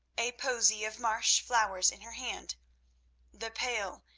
a posy of marsh flowers in her hand the pale,